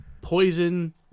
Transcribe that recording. Poison